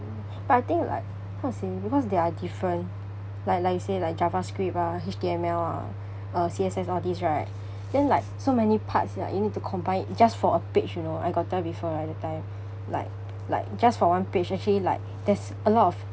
but I think like how to say because they are different like like you say like javascript ah H_T_M_L ah uh C_S_S all this right then like so many parts like you need to combine it just for a page you know I got tell you before ah that time like like just for one page actually like there's a lot of